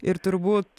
ir turbūt